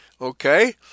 Okay